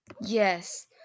Yes